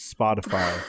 Spotify